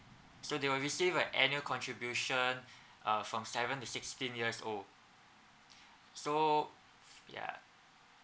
so they will receive an annual contribution uh from seven to sixteen years old so ya